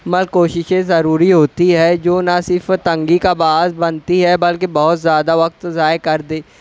مل کوششیں ضروری ہوتی ہے جو نہ صرف تنگی کا باعث بنتی ہے بلکہ بہت زیادہ وقت ضائع کر دے